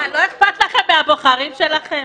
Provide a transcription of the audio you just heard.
לא אכפת לכם מהבוחרים שלכם?